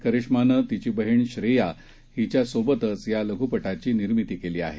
करीश्मानं तिची बहिण श्रेया हिच्यासोबतच या लघ्पटाची निर्मिती केली आहे